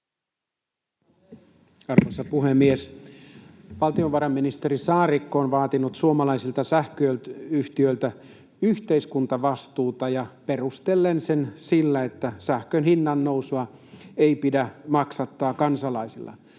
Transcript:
Arvoisa puhemies! Valtiovarainministeri Saarikko on vaatinut suomalaisilta sähköyhtiöiltä yhteiskuntavastuuta perustellen sen sillä, että sähkön hinnan nousua ei pidä maksattaa kansalaisilla.